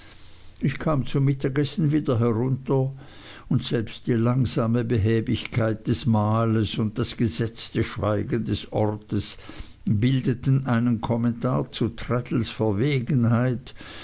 ich kam zum mittagessen wieder herunter und selbst die langsame behäbigkeit des mahles und das gesetzte schweigen des ortes bildeten ein kommentar zu traddles verwegenheit